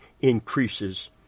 increases